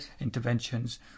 interventions